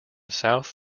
south